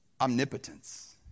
omnipotence